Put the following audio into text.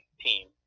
team